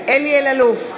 אלי אלאלוף,